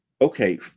okay